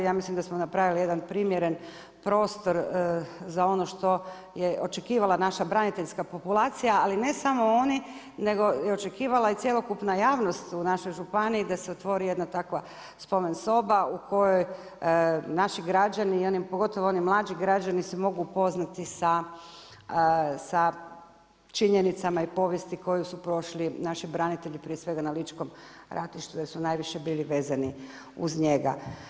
Ja mislim da smo napravili jedan primjeren prostor za ono što je očekivala naša braniteljska populacija, ali ne samo oni nego je očekivala i cjelokupna javnost u našoj županiji da se otvori jedna takva spomen soba u kojoj naši građani i pogotovo oni mlađi građani se mogu upoznati sa činjenicama i povijesti koju su prošli naši branitelji prije svega na ličkom ratištu jer su najviše bili vezani uz njega.